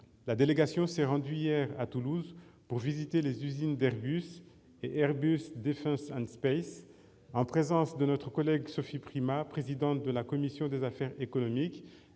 La délégation s'est rendue hier à Toulouse pour visiter les usines d'Airbus et d'Airbus Defence and Space. Aujourd'hui, en présence de notre collègue Sophie Primas, présidente de la commission des affaires économiques,